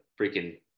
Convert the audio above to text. freaking